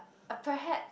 perhaps